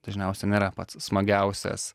dažniausiai nėra pats smagiausias